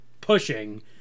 pushing